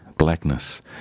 blackness